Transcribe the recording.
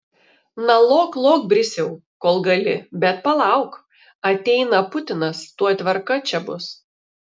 na lok lok brisiau kol gali bet palauk ateina putinas tuoj tvarka čia bus